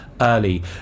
early